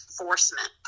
enforcement